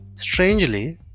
Strangely